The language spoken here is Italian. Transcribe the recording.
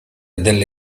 delle